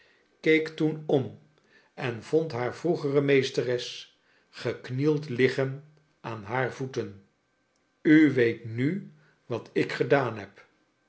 keek toen om en vond haar vroegere mees teres geknield liggen aan haar voeten u weet nu wat ik gedaan neb